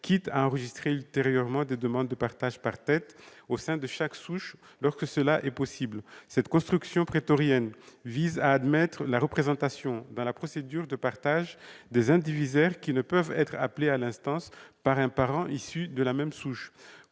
cela est possible, des demandes de partage par tête au sein de chaque souche. Cette construction prétorienne vise à admettre la représentation, dans la procédure de partage, des indivisaires, qui ne peuvent être appelés à l'instance par un parent issu de la même souche.